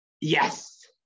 Yes